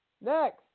Next